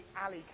alley